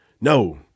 no